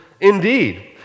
indeed